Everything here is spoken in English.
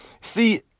See